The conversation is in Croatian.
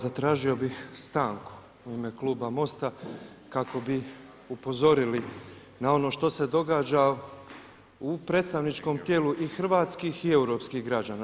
Zatražio bih stanku u ime kluba Most-a kako bi upozorili na ono što se događa u predstavničkom tijelu i hrvatskih i europskih građana.